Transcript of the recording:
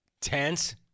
Tense